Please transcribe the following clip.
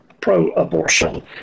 pro-abortion